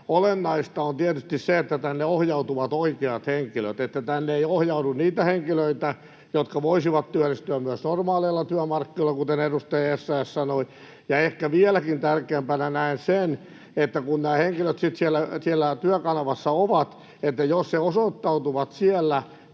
Olennaista on tietysti se, että tänne ohjautuvat oikeat henkilöt, että tänne ei ohjaudu niitä henkilöitä, jotka voisivat työllistyä myös normaaleilla työmarkkinoilla, kuten edustaja Essayah sanoi, ja ehkä vieläkin tärkeämpänä näen sen, että kun nämä henkilöt sitten siellä Työkanavassa ovat ja jos he osoittautuvat siellä